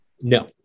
No